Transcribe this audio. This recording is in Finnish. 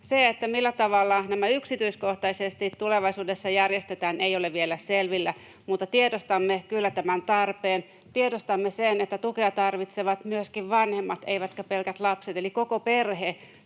Se, millä tavalla nämä yksityiskohtaisesti tulevaisuudessa järjestetään, ei ole vielä selvillä, mutta tiedostamme kyllä tämän tarpeen. Tiedostamme sen, että tukea tarvitsevat myöskin vanhemmat eivätkä pelkästään lapset, eli koko perhe